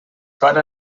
para